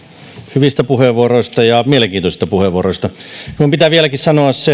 hyvistä puheenvuoroista ja mielenkiintoisista puheenvuoroista minun pitää vieläkin sanoa se